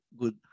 good